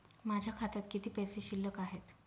माझ्या खात्यात किती पैसे शिल्लक आहेत?